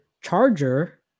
charger